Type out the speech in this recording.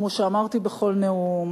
כמו שאמרתי בכל נאום,